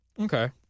Okay